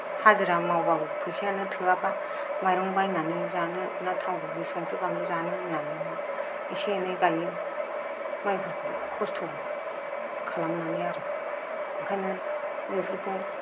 हाजिरा मावब्लाबो फैसायानो थोआब्ला माइरं बायनानै जानो ना थाव संख्रि बानलु जानो होननानै एसे एनै गायो माइफोरखौ खस्थ' खालामनानै आरो ओंखायनो बेफोरखौ